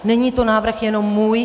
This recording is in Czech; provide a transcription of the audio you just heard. Není to návrh jenom můj.